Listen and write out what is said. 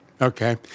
okay